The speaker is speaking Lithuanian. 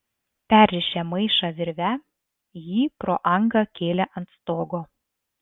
perrišę maišą virve jį pro angą kėlė ant stogo